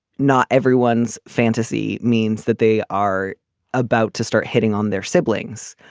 not everyone's fantasy means that they are about to start hitting on their siblings.